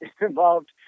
involved